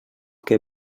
què